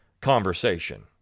conversation